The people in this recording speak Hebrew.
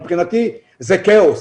מבחינתי זה כאוס.